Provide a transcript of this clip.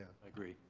i agree.